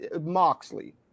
Moxley